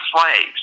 slaves